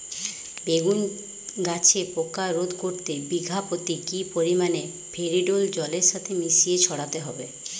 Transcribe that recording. বেগুন গাছে পোকা রোধ করতে বিঘা পতি কি পরিমাণে ফেরিডোল জলের সাথে মিশিয়ে ছড়াতে হবে?